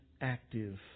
active